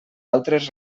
altres